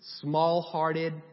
small-hearted